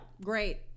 Great